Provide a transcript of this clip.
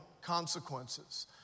consequences